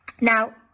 Now